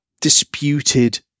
disputed